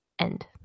End